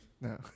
no